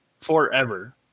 forever